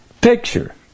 picture